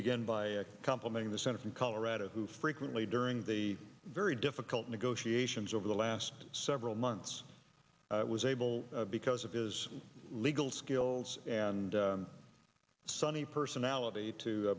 begin by complimenting the senator from colorado who frequently during the very difficult negotiations over the last several months was able because of his legal skills and sunny personality to